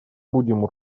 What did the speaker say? будем